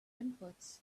inputs